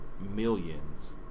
millions